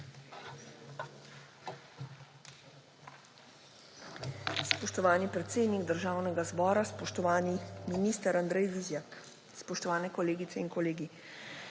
Spoštovani predsednik Državnega zbora, spoštovani minister Andrej Vizjak, spoštovani kolegice in kolegi!